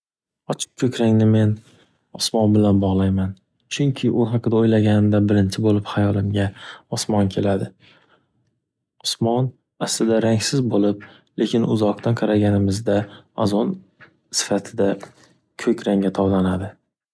Ochiq ko’krangni men osmon bilan bog’layman. Chunki u haqida o’ylaganimda birinchi bo’lib hayolimga osmon keladi. Osmon aslida rangsiz bo’lib lekin uzoqdan qaraganimizda ozon sifatida ko’krangda tovlanadi.